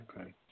Okay